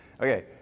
Okay